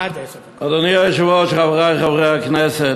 אדוני היושב-ראש, חברי חברי הכנסת,